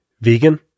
Vegan